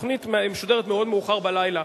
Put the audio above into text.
תוכנית שמשודרת מאוד מאוחר בלילה.